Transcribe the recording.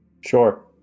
Sure